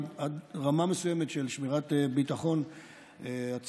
עד רמה מסוימת של שמירת ביטחון הציבור,